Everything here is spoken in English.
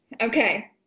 Okay